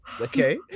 okay